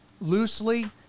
loosely –